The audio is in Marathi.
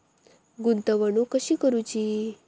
गुंतवणूक कशी करूची?